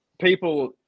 people